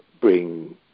bring